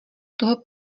toho